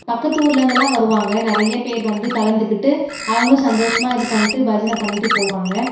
பக்கத்து ஊர்லேந்துலாம் வருவாங்க நிறைய பேர் வந்து கலந்துக்கிட்டு அவங்களும் சந்தோஷமாக இது பண்ணிட்டு பஜனை பண்ணிட்டு போவாங்க